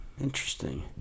Interesting